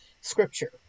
scripture